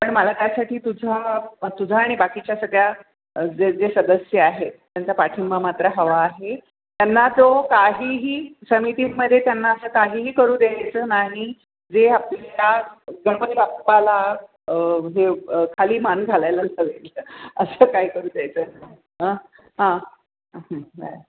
पण मला त्यासाठी तुझा तुझा आणि बाकीच्या सगळ्या जे जे सदस्य आहे त्यांचा पाठिंबा मात्र हवा आहे त्यांना तो काहीही समितीमध्ये त्यांना असं काहीही करू द्यायचं नाही जे आपल्याला गणपतीबाप्पाला हे खाली मान घालायला लावेल असं काही करू द्यायचं नाही हां बाय